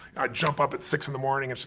i jump up at six in the morning and she's